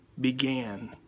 began